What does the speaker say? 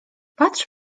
patrz